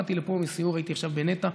באתי לפה מסיור, הייתי עכשיו בנת"ע,